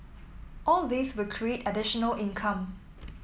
all these will create additional income